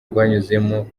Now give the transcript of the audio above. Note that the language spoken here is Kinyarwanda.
rwanyuzemo